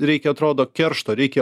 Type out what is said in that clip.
reikia atrodo keršto reikia